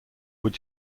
were